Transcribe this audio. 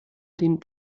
den